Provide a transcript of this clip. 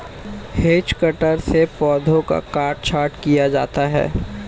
hedge cutter से पौधों का काट छांट किया जाता है